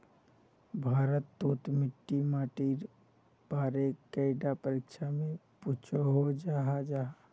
भारत तोत मिट्टी माटिर बारे कैडा परीक्षा में पुछोहो जाहा जाहा?